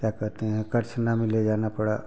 क्या कहते हैं करछना में ले जाना पड़ा